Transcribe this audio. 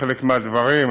חלק מהדברים,